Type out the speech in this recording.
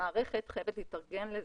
המערכת חייבת להתארגן לזה.